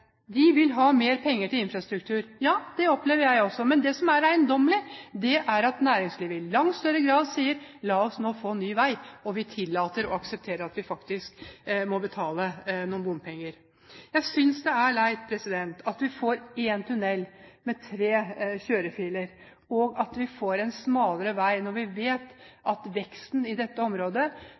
Fremskrittspartiet, vil ha mer penger til infrastruktur. Ja, det opplever jeg også. Men det som er eiendommelig, er at næringslivet i langt større grad sier: La oss nå få ny vei, og vi tillater og aksepterer at vi faktisk må betale noen bompenger. Jeg synes det er leit at vi får én tunnel med tre kjørefiler, at vi får en smalere vei, når vi vet at veksten i dette området